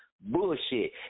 Bullshit